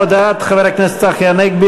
הודעת חבר הכנסת צחי הנגבי,